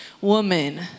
woman